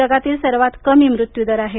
जगातील हा सर्वात कमी मृत्यू दर आहे